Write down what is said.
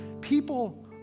People